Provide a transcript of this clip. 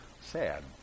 sad